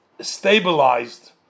stabilized